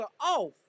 off